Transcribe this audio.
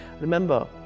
remember